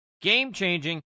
game-changing